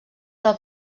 del